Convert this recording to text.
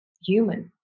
human